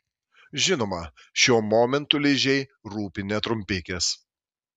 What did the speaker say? žinoma šiuo momentu ližei rūpi ne trumpikės